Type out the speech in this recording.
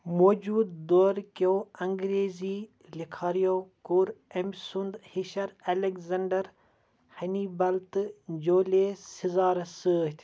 موجوٗد دورٕ کیٛو انگریٖزی لِکھارٮ۪و کوٚر أمۍ سُنٛد ہِشر الیگزینڈر ہنِیبل تہٕ جولیس سِزارس سۭتۍ